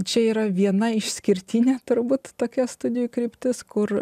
čia yra viena išskirtinė turbūt tokia studijų kryptis kur